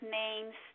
names